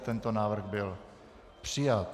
Tento návrh byl přijat.